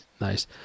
Nice